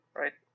right